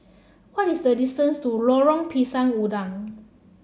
what is the distance to Lorong Pisang Udang